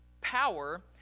power